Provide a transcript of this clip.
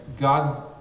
God